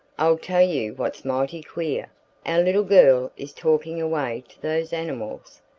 i'll tell you what's mighty queer, our little girl is talking away to those animals,